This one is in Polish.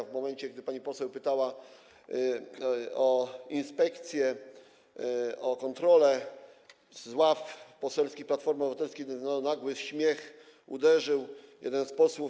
W momencie, gdy pani poseł pytała o inspekcję, o kontrolę, z ław poselskich Platformy Obywatelskiej dobiegł nagły śmiech jednego z posłów.